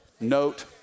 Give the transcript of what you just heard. note